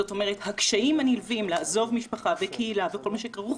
זאת אומרת הקשיים הנלווים לעזוב משפחה וקהילה וכל מה שכרוך